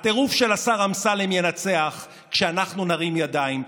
הטירוף של השר אמסלם ינצח כשאנחנו נרים ידיים,